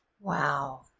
wow